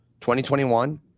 2021